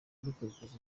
dukurikije